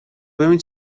ببین